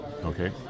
Okay